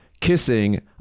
kissing